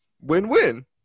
win-win